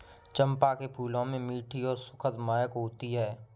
चंपा के फूलों में मीठी और सुखद महक होती है